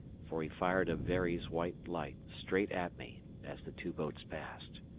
for he fired a very's white light straight at me as the two boats passed.